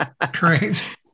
Correct